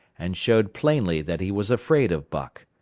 and showed plainly that he was afraid of buck.